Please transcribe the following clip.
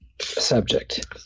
subject